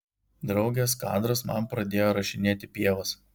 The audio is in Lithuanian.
draugės kadras man pradėjo rašinėti pievas